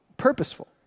purposeful